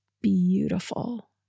beautiful